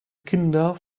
kinder